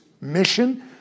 mission